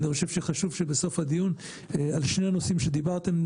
חשוב שבסוף הדיון על שני הנושאים שדיברתם,